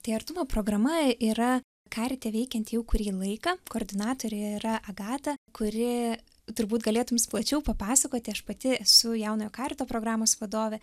tai artumo programa yra karite veikianti jau kurį laiką koordinatorė yra agata kuri turbūt galėtų jums plačiau papasakoti aš pati esu jaunojo karito programos vadovė